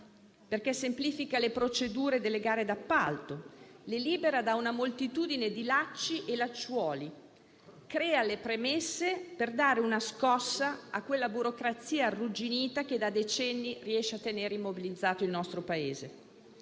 Semplifica infatti le procedure delle gare d'appalto; le libera da una moltitudine di lacci e lacciuoli; crea le premesse per dare una scossa a quella burocrazia arrugginita che da decenni riesce a tenere immobilizzato il nostro Paese